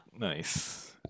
Nice